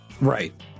Right